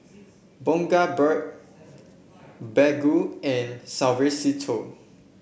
Bundaberg Baggu and Suavecito